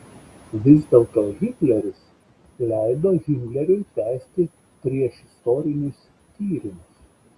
vis dėlto hitleris leido himleriui tęsti priešistorinius tyrimus